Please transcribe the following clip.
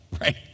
right